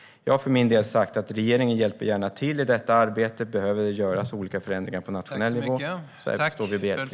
Jag har för min del sagt att regeringen gärna hjälper till i detta arbete. Om det behöver göras olika förändringar på nationell nivå kan vi vara behjälpliga.